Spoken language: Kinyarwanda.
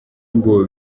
ngo